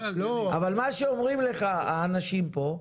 אבל מה שאומרים לך האנשים פה,